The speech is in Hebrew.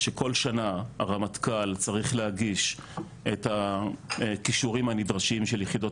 שכל שנה הרמטכ"ל צריך להגיש את הכישורים הנדרשים של יחידות